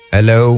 Hello